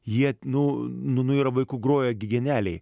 jie nu nu nu yra vaikų groja gi genialiai